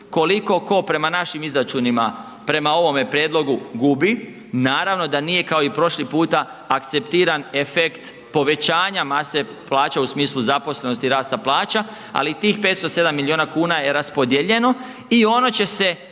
koliko tko prema našim izračunima, prema ovome prijedlogu gubi, naravno da nije kao i prošli puta akceptiran efekt povećanje mase plaća u smislu zaposlenosti i rasta plaća, ali i tih 507 miliona kuna je raspodijeljeno i ono će